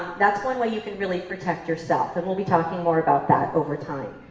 that's one way you can really protect yourself, and we'll be talking more about that over time.